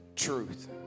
truth